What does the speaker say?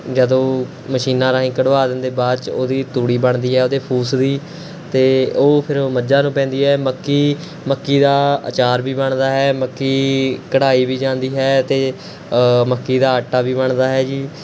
ਜਦੋਂ ਮਸ਼ੀਨਾਂ ਰਾਹੀਂ ਕਢਵਾ ਦਿੰਦੇ ਬਾਅਦ 'ਚ ਉਹਦੀ ਤੂੜੀ ਬਣਦੀ ਹੈ ਉਹਦੇ ਫੂਸ ਦੀ ਅਤੇ ਉਹ ਫਿਰ ਮੱਝਾਂ ਨੂੰ ਪੈਂਦੀ ਹੈ ਮੱਕੀ ਮੱਕੀ ਦਾ ਆਚਾਰ ਵੀ ਬਣਦਾ ਹੈ ਮੱਕੀ ਕਢਾਈ ਵੀ ਜਾਂਦੀ ਹੈ ਅਤੇ ਮੱਕੀ ਦਾ ਆਟਾ ਵੀ ਬਣਦਾ ਹੈ ਜੀ